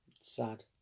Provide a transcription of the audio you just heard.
Sad